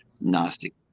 gnostic